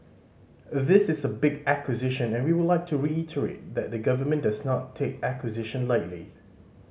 this is a big acquisition and we would like to reiterate that the government does not take acquisition lightly